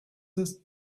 his